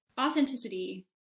authenticity